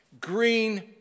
Green